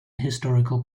historical